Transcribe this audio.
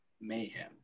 mayhem